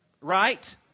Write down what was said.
Right